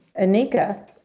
Anika